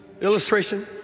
illustration